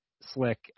slick